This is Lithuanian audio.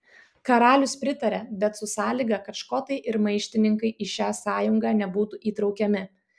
karalius pritaria bet su sąlyga kad škotai ir maištininkai į šią sąjungą nebūtų įtraukiami